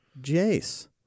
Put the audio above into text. Jace